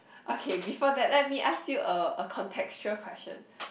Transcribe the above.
okay before that let me ask you a a contextual question